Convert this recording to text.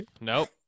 Nope